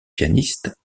pianiste